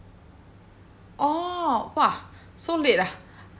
orh !wah! so late ah